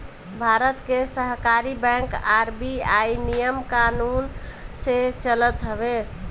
भारत के सहकारी bank RBI नियम कानून से चलत हवे